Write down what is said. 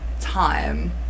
time